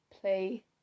play